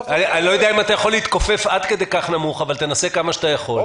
לא יודע אם אתה יכול להתכופף עד כדי כך נמוך אבל תנסה כמה שאתה יכול.